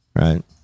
Right